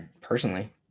personally